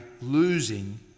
losing